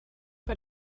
but